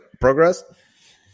progress